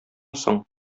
соң